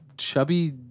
chubby